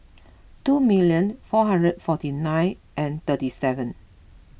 two million four hundred forty nine and thirty seven